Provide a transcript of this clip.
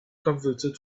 converted